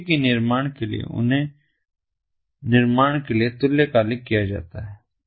आई ओ टी के निर्माण के लिए उन्हें निर्माण के लिए तुल्यकालिक किया जाता है